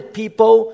people